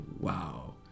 wow